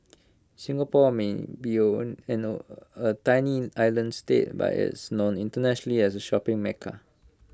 Singapore may be A tiny island state but IT is known internationally as A shopping mecca